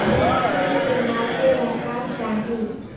भूमि के नापेला का चाही?